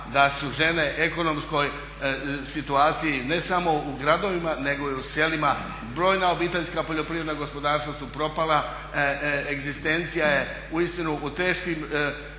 da su žene ekonomskoj situaciji ne samo u gradovima, nego i u selima. Brojna obiteljska poljoprivredna gospodarstva su propala, egzistencija je uistinu u teškim